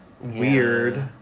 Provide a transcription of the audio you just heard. weird